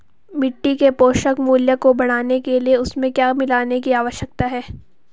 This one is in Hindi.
मिट्टी के पोषक मूल्य को बढ़ाने के लिए उसमें क्या मिलाने की आवश्यकता है?